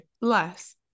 less